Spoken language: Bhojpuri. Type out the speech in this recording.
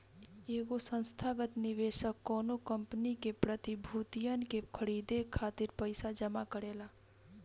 एगो संस्थागत निवेशक कौनो कंपनी के प्रतिभूतियन के खरीदे खातिर पईसा जमा करेला